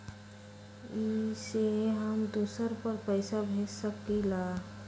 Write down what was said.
इ सेऐ हम दुसर पर पैसा भेज सकील?